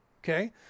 Okay